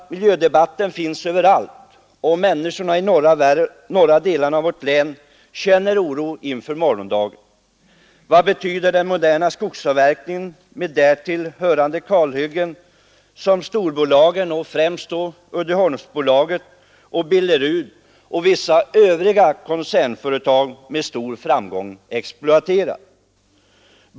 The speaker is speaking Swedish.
Miljödebatten förs överallt, och människorna i norra delarna av vårt län känner oro inför morgondagen. Vad betyder den moderna skogsavverkningen med därtill hörande kalhyggen som storbolagen — Uddeholmsbolaget, Billerud och vissa övriga koncernföretag — med stor framgång exploaterar?